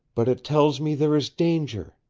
but it tells me there is danger.